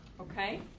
okay